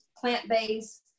plant-based